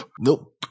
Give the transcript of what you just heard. Nope